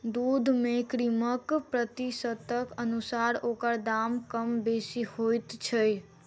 दूध मे क्रीमक प्रतिशतक अनुसार ओकर दाम कम बेसी होइत छै